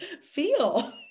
feel